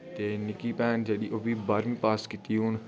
ते निक्की भैन जेह्ड़ी ओह् बी बाह्रमीं पास कीती हून